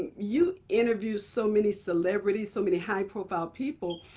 you interviewed so many celebrities, so many high profile people,